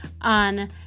on